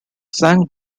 flanked